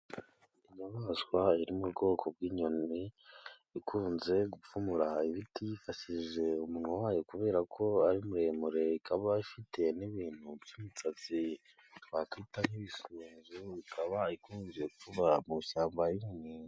Inyamaswa iri mu bwoko bw'inyoni ikunze gupfumura ibiti yifashishije umunwa wayo kubera ko ari muremure. Ikaba ifite n'ibintu by'imisatsi wakwita nk'ibisunzu, ikaba ikunze kuba mu shyamba rinini.